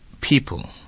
people